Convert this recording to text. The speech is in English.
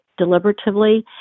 deliberatively